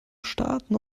starten